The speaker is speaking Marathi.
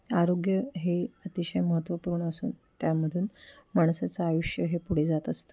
आरोग्य हे अतिशय महत्त्वपूर्ण असून त्यामधून माणसाचं आयुष्य हे पुढे जात असतं